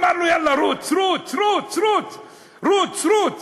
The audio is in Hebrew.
אמר לו: יאללה, רוץ, רוץ, רוץ, רוץ, רוץ.